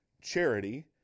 Charity